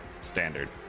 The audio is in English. standard